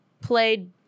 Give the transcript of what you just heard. played